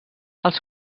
els